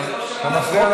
אתה מפריע